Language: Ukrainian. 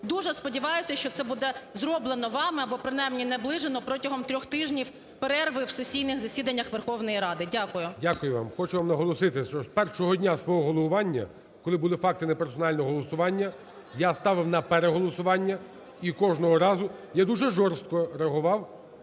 Дуже сподіваюся, що це буде зроблено вами, або, принаймні, наближено протягом трьох тижнів перерви в сесійних засіданнях Верховної Ради. Дякую. ГОЛОВУЮЧИЙ. Дякую вам. Хочу вам наголосити, що з першого дня свого головування, коли були факти неперсонального голосування, я ставив на переголосування, і кожного разу я дуже жорстко реагував